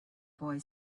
boy